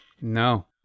No